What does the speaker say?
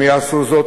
הם יעשו זאת,